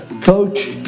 coach